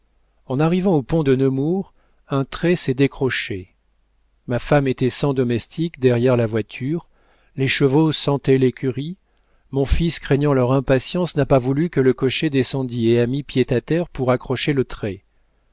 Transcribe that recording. en arrivant au pont de nemours un trait s'est décroché ma femme était sans domestique derrière la voiture les chevaux sentaient l'écurie mon fils craignant leur impatience n'a pas voulu que le cocher descendît et a mis pied à terre pour accrocher le trait